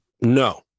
No